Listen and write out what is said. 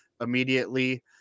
immediately